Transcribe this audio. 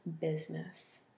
business